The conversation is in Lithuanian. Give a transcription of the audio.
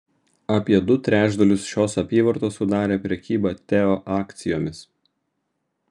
apie du trečdalius šios apyvartos sudarė prekyba teo akcijomis